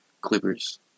Clippers